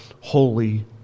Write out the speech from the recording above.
holy